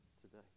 today